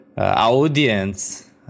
audience